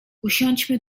usiądźmy